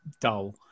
Dull